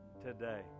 today